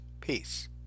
Peace